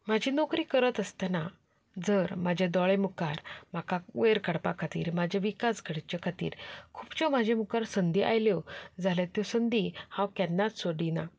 म्हजी नोकरी करत आसतना जर म्हज्या दोळ्यां मुखार म्हाका वयर काडपा खातीर म्हजे विकास घडचे खातीर खुबशो म्हज्या मुखार संदी आयल्यो जाल्यार त्यो संदी हांव केन्नाच सोडिना